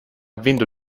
vinto